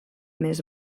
més